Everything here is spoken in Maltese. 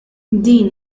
din